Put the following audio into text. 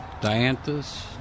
Dianthus